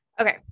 Okay